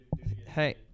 Hey